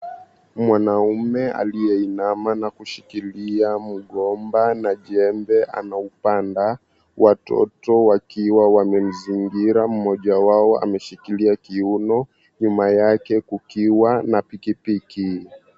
Mwanaume aliyeinama na kushikilia mgomba na jembe anaupanda na watoto wakiwa wamemzingira mmoja wao ameshikilia kiuno nyuma yake kukiwa na pikipiki.